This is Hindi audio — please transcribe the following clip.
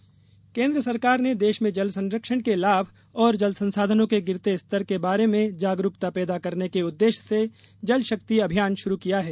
जल शक्ति अभियान केंद्र सरकार ने देश में जल संरक्षण के लाभ और जल संसाधनों के गिरते स्तर के बारे में जागरूकता पैदा करने के उद्देश्य से जल शक्ति अभियान शुरू किया है